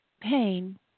pain